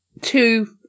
two